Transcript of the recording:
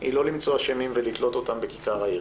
היא לא למצוא אשמים ולתלות אותם בכיכר העיר,